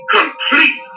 complete